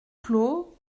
clos